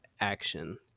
action